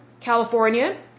California